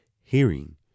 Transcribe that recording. hearing